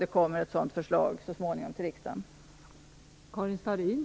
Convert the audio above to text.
Det kommer ett sådant förslag till riksdagen så småningom.